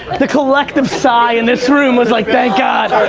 the collective sigh in this room was like, thank god.